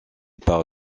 par